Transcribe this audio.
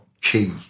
Key